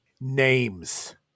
Names